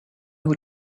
who